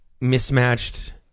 mismatched